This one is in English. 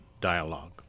dialogue